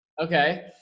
okay